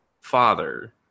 father